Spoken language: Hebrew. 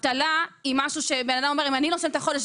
אבטלה היא משהו שאדם אומר: אם אני עובד עני שלא מסיים את החודש,